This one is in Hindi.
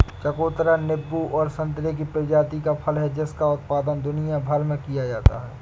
चकोतरा नींबू और संतरे की प्रजाति का फल है जिसका उत्पादन दुनिया भर में किया जाता है